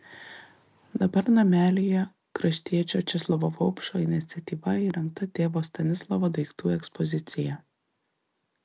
dabar namelyje kraštiečio česlovo vaupšo iniciatyva įrengta tėvo stanislovo daiktų ekspozicija